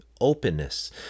openness